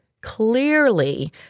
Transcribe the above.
Clearly